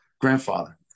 grandfather